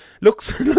looks